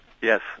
yes